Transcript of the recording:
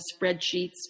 spreadsheets